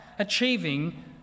Achieving